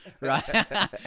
right